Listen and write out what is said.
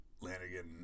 Lanigan